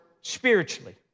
spiritually